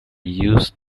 used